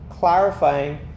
Clarifying